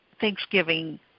Thanksgiving